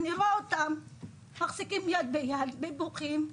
ראיתי אותן מחזיקות יד ביד ובוכות.